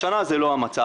השנה זה לא המצב.